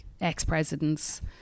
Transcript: ex-presidents